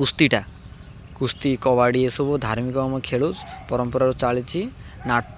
କୁସ୍ତିଟା କୁସ୍ତି କବାଡ଼ି ଏସବୁ ଧାର୍ମିକ ଆମ ଖେଳୁ ପରମ୍ପରାରୁ ଚାଲିଛି ନାଟ